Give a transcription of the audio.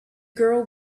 girl